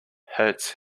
hurts